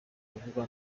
kuvuga